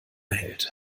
hält